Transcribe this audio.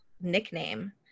nickname